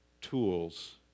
tools